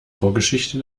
vorgeschichte